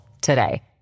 today